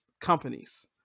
companies